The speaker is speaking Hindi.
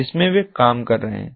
जिसमें वे काम कर रहे हैं